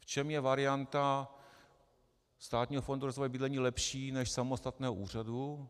V čem je varianta Státního fondu rozvoje bydlení lepší než samostatného úřadu?